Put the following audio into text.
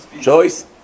Choice